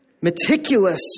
Meticulous